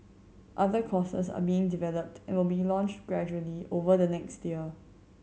other courses are being developed and will be launched gradually over the next year